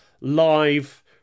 live